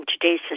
today's